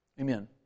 Amen